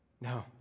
No